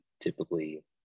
typically